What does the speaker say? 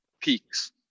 peaks